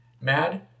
Mad